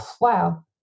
wow